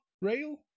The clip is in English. Rail